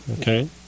okay